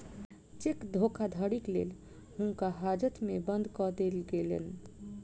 cheque धोखाधड़ीक लेल हुनका हाजत में बंद कअ देल गेलैन